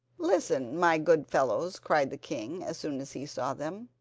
listen, my good fellows cried the king, as soon as he saw them.